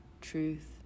truth